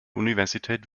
universität